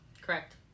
Correct